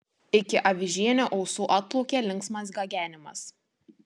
iki avižienio ausų atplaukė linksmas gagenimas